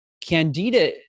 Candida